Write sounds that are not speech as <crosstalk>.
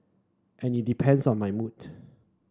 and it depends on my <unintelligible>